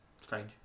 strange